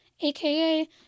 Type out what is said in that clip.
aka